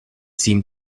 seemed